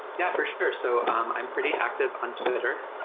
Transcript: yeah, for sure. so i'm pretty active on twitter.